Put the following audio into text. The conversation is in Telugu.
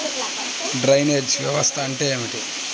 డ్రైనేజ్ వ్యవస్థ అంటే ఏమిటి?